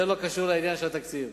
זה לא קשור לעניין של התקציב.